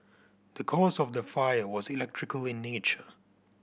the cause of the fire was electrical in nature